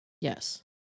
yes